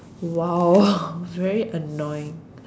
!wow! was very annoying